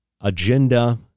agenda